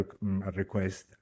request